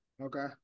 Okay